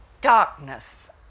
Darkness